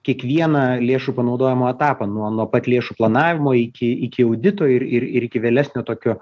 kiekvieną lėšų panaudojimo etapą nuo nuo pat lėšų planavimo iki iki audito ir ir ir iki vėlesnio tokio